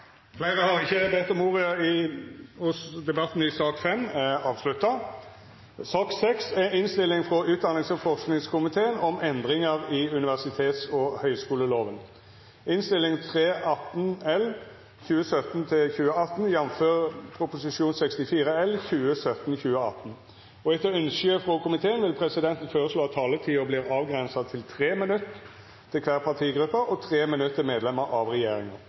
Fleire har ikkje bedt om ordet til sak nr. 5. Etter ønske frå utdannings- og forskingskomiteen vil presidenten føreslå at taletida vert avgrensa til 3 minutt til kvar partigruppe og 3 minutt til medlemer av regjeringa.